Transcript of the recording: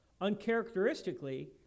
uncharacteristically